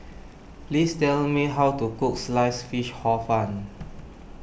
please tell me how to cook Sliced Fish Hor Fun